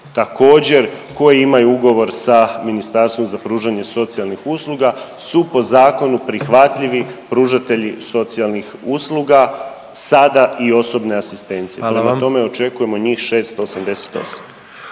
također, koji imaju ugovor sa ministarstvom za pružanje socijalnih usluga su po zakonu prihvatljivi pružatelji socijalnih usluga, sada i osobne asistencije. Prema tome, …